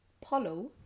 polo